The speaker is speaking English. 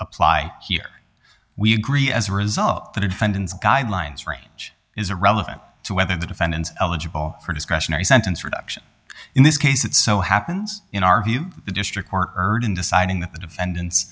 apply here we agree as a result the defendant's guidelines range is irrelevant to whether the defendant eligible for discretionary sentence reduction in this case it so happens in our view the district court heard in deciding that the defendant